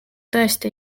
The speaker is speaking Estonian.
tõesti